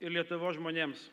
ir lietuvos žmonėms